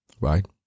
right